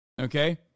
okay